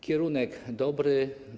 Kierunek dobry.